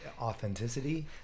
authenticity